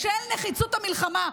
בשל נחיצות במלחמה.